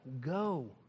go